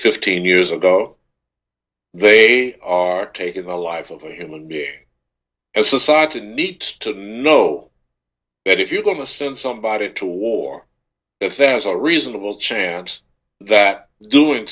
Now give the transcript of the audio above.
fifteen years ago they are taking the life of a human being and society needs to know that if you're going to send somebody to war if there's a reasonable chance that doing